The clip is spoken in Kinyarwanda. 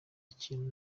kintu